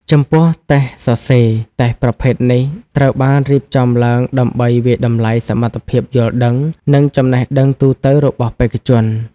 ចំពោះ តេស្តសរសេរ តេស្តប្រភេទនេះត្រូវបានរៀបចំឡើងដើម្បីវាយតម្លៃសមត្ថភាពយល់ដឹង និងចំណេះដឹងទូទៅរបស់បេក្ខជន។